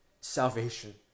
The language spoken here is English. salvation